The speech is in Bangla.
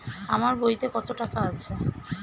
আমার বইতে কত টাকা আছে?